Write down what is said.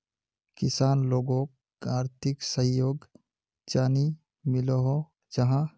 किसान लोगोक आर्थिक सहयोग चाँ नी मिलोहो जाहा?